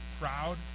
proud